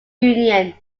union